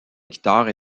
guitare